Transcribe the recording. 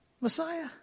Messiah